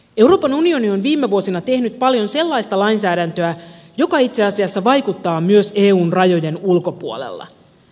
euroopan unioni on viime vuosina tehnyt paljon sellaista lainsäädäntöä joka itse asiassa vaikuttaa myös eun rajojen ulkopuolella